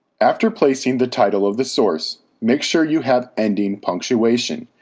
after placing the title of the source, make sure you have ending punctuation.